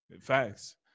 Facts